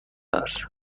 است